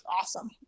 awesome